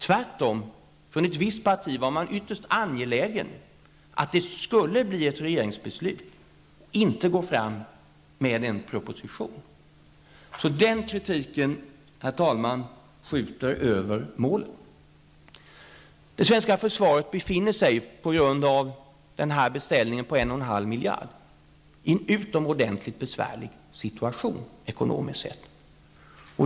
Tvärtom var man från ett visst parti ytterst angelägen om att det skulle bli fråga om ett regeringsbeslut och inte en proposition. Den kritiken, herr talman, skjuter alltså över målet. Det svenska försvaret befinner sig på grund av denna beställning på 1,5 miljarder i en utomordentligt besvärlig situation ekonomiskt sett.